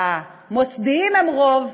והמוסדיים הם רוב,